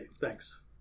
Thanks